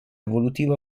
evolutivo